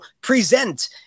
present